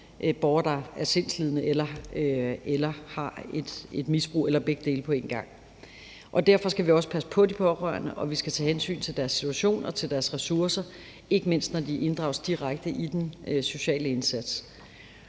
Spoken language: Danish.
borgere, der enten er sindslidende eller har et misbrug eller begge dele på en gang. Derfor skal vi også passe på de pårørende, og vi skal tage hensyn til deres situation og til deres ressourcer, ikke mindst når de inddrages direkte i den sociale indsats.